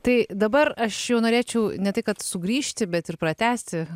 tai dabar aš jau norėčiau ne tai kad sugrįžti bet ir pratęsti